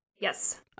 Yes